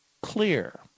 clear